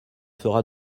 fera